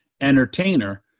entertainer